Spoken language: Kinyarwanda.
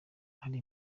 hari